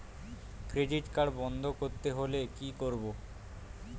Credit card বন্ধ করতে হলে কি করব?